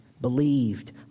believed